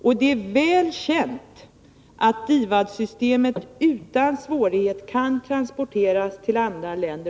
Och det är väl känt att DIVAD-systemet utan svårighet kan transporteras till andra länder.